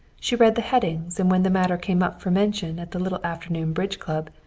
she read the headings, and when the matter came up for mention at the little afternoon bridge club,